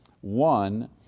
One